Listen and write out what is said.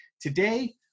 today